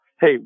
Hey